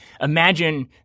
imagine